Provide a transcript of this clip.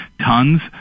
tons